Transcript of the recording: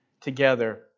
together